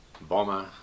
bomber